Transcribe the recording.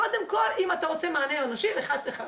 קודם כל 'אם אתה רוצה מענה אנושי לחץ 1',